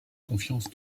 confiance